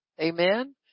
Amen